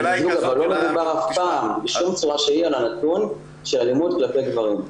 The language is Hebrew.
אבל לא מדובר אף פעם בשום צורה שהוא על הנתון של אלימות כלפי גברים.